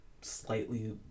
slightly